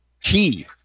key